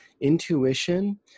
intuition